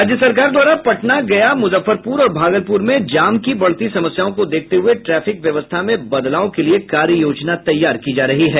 राज्य सरकार द्वारा पटना गया मुजफ्फरपुर और भागलपुर में जाम की बढ़ती समस्याओं को देखते हुये ट्रैफिक व्यवस्था में बदलाव के लिये कार्ययोजना तैयार की जा रही है